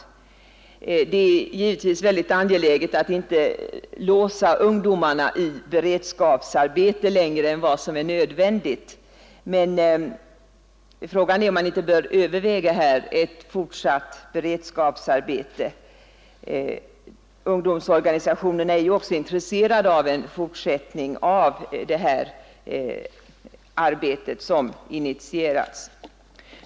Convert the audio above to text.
Givetvis är det ytterst angeläget att man inte låser ungdomarna i beredskapsarbete längre än vad som är nödvändigt, men frågan är om man inte här bör överväga ett fortsatt beredskapsarbete. Ungdomsorganisationerna är också intresserade av en fortsättning av det arbete som initierats på området.